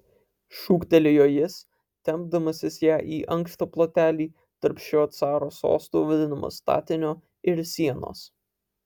šūktelėjo jis tempdamasis ją į ankštą plotelį tarp šio caro sostu vadinamo statinio ir sienos